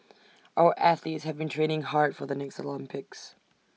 our athletes have been training hard for the next Olympics